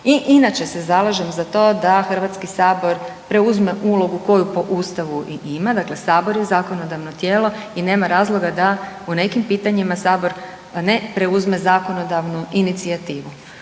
i inače se zalažem za to da HS preuzme ulogu koju po Ustavu i ima, dakle Sabor je zakonodavno tijelo i nema razloga da u nekim pitanjima Sabor ne preuzme zakonodavnu inicijativu.